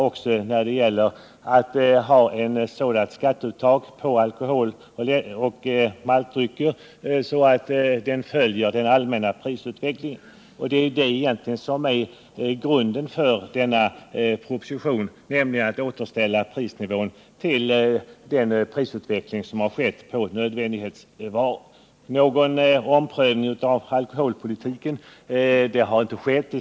Den innebär att vi skall ha ett skatteuttag på alkoholoch maltdrycker som följer den allmänna prisutvecklingen. Det är också det som egentligen är grunden för denna proposition, nämligen att återställa prisnivån i enlighet med den prisutveckling som har skett på nödvändighetsvaror. Någon omprövning av alkoholpolitiken har inte skett.